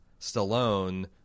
Stallone